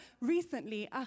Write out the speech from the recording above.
recently